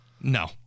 No